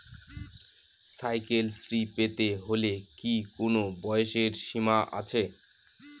Cycle শ্রী পেতে হলে কি কোনো বয়সের সীমা আছে?